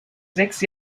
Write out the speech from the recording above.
sechs